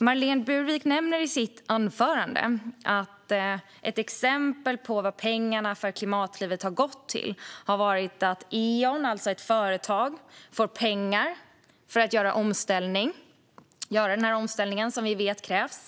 Marlene Burwick nämnde i sin anförande att ett exempel på vad pengarna för Klimatklivet har gått till är att Eon - alltså ett företag - har fått pengar för att göra den omställning som vi vet krävs.